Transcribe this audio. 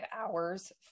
hours